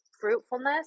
fruitfulness